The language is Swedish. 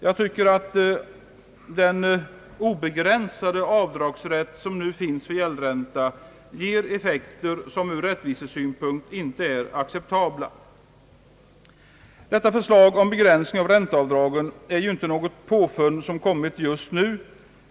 Jag tycker att den obegränsade avdragsrätt som nu finns för gäldränta ger effekter som från rättvisesynpunkt inte är acceptabla. Förslaget om begränsning av ränteavdragen är inte något nytt påfund.